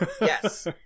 Yes